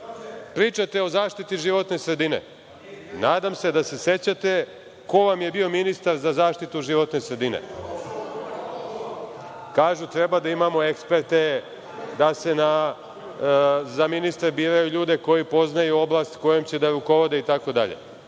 ukrade. Pričate o zaštiti životne sredine. Nadam se da se sećate ko vam je bio ministar za zaštitu životne sredine. Kažu da treba da imamo eksperte, da se za ministra biraju ljudi koji poznaju oblast kojom će da rukovode itd.